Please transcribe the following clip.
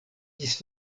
ĝis